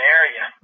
area